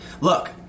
Look